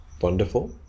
wonderful